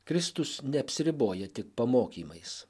kristus neapsiriboja tik pamokymais